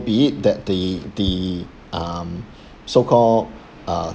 be it that the the um so-called uh